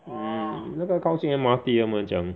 mm 那个靠近 M_R_T 他们讲